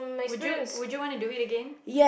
would you would you wanna do it again